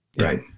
Right